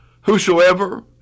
whosoever